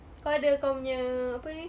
kau ada kau punya apa ni